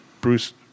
Bruce